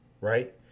Right